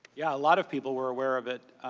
yeah, a lot of people were aware of it.